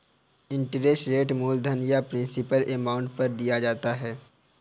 interest rate मूलधन या principal amount पर दिया जाता है